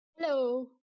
Hello